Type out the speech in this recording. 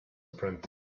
apprentice